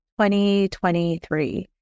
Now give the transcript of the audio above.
2023